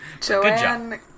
Joanne